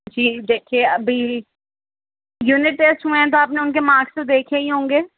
جی دیکھیے ابھی unit test ہوئے ہیں تو آپ نے ان کے مارکس تو دیکھے ہی ہوں گے